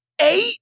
Eight